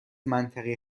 منطقه